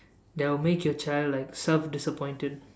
that will make your child like self disappointed